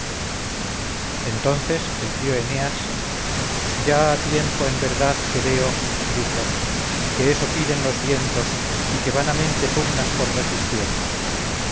entonces el pío eneas ya ha tiempo en verdad que veo dijo que eso piden los vientos y que vanamente pugnas por resistirlos